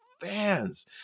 fans